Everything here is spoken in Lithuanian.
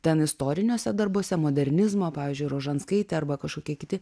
ten istoriniuose darbuose modernizmo pavyzdžiui rožanskaitė arba kažkokie kiti